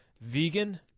Vegan